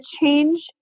change